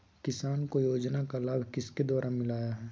किसान को योजना का लाभ किसके द्वारा मिलाया है?